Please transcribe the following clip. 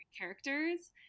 characters